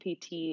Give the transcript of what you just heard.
PT